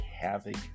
havoc